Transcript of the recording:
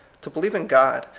to believe in god,